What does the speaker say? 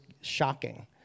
shocking